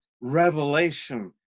revelation